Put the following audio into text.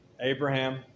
Abraham